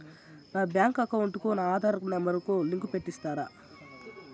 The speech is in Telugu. నా బ్యాంకు అకౌంట్ కు నా ఆధార్ నెంబర్ లింకు పెట్టి ఇస్తారా?